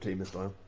ms doyle.